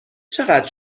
چقدر